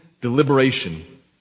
deliberation